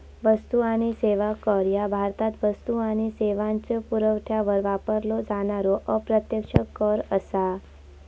वस्तू आणि सेवा कर ह्या भारतात वस्तू आणि सेवांच्यो पुरवठ्यावर वापरलो जाणारो अप्रत्यक्ष कर असा